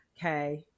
okay